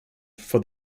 for